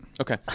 Okay